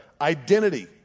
identity